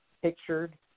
pictured